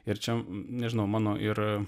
ir čia nežinau mano ir